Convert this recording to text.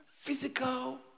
Physical